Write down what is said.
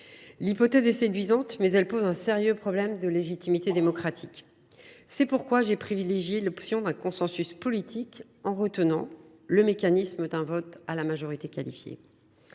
L’hypothèse est séduisante, mais elle pose un sérieux problème de légitimité démocratique. C’est pourquoi j’ai privilégié l’option d’un consensus politique, en retenant le mécanisme d’un vote à la majorité qualifiée.